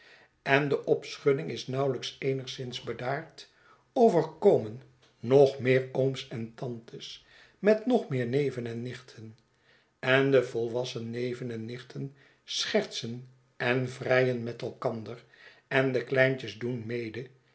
en de opschudding is nauwelijks eenigszins bedaard of er komen nog meer ooms en tantes met nog meer xieven en nichten en de volwassen neven en nichten schertsen en vrijen met elkander en de kleintjes doen mede